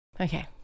Okay